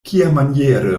kiamaniere